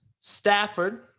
Stafford